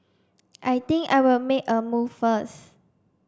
I think I will make a move first